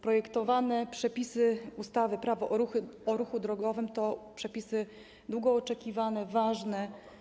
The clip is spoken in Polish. Projektowane przepisy ustawy - Prawo o ruchu drogowym to przepisy długo oczekiwane i ważne.